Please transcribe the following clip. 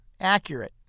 accurate